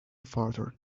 farther